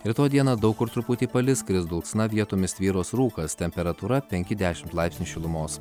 rytoj dieną daug kur truputį palis kris dulksna vietomis tvyros rūkas temperatūra penki dešimt laipsnių šilumos